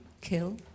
kill